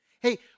Hey